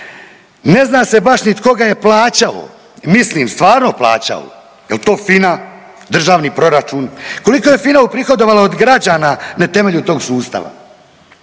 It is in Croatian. Ne zna se baš ni tko ga je plaćao, mislim stvarno plaćao jel to FINA, Državni proračun, koliko je FINA uprihodovala od građana na temelju tog sustava,